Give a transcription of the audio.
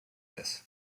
this